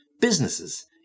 Businesses